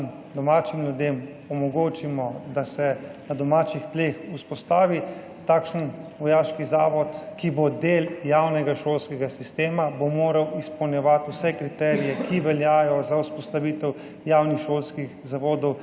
domačim ljudem omogočimo, da se na domačih tleh vzpostavi takšen vojaški zavod, ki bo del javnega šolskega sistema in bo moral izpolnjevati vse kriterije, ki veljajo za vzpostavitev javnih šolskih zavodov